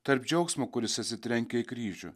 tarp džiaugsmo kuris atsitrenkia į kryžių